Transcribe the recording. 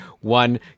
one